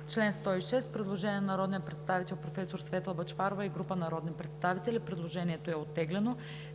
По чл. 106 има предложение на народния представител професор Светла Бъчварова и група народни представители. Предложението е оттеглено.